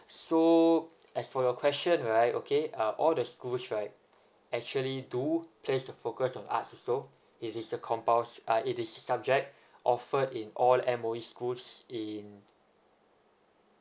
so as for your question right okay um all the schools right actually do place a focus on arts also it is a compuls~ uh it is subject offered in all M_O_E schools in